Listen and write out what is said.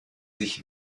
sich